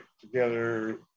together